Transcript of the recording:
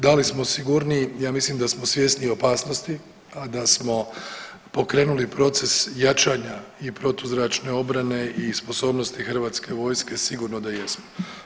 Da li smo sigurniji, ja mislim da smo svjesni opasnosti, a da smo pokrenuli proces jačanja i protuzračne obrane i sposobnosti HV-a sigurno da jesmo.